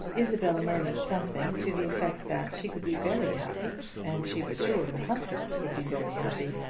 isabel murmured something to the effect that she would be very happy, and she was sure her husband would be very happy.